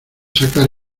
sacar